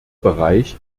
bereich